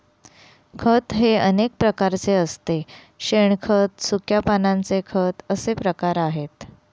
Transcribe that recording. खत हे अनेक प्रकारचे असते शेणखत, सुक्या पानांचे खत असे प्रकार आहेत